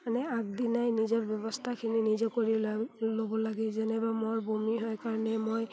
মানে আগদিনাই নিজৰ ব্যৱস্থাখিনি নিজে কৰি ল'ব লাগে যেনেবা মোৰ বমি হয় কাৰণে মই